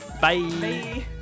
Bye